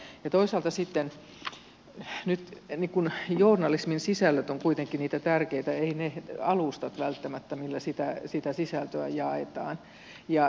toisaalta sitten nyt journalismin sisällöt ovat kuitenkin niitä tärkeitä eivät ne alustat välttämättä joilla sitä sisältöä jaetaan